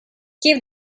give